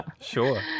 Sure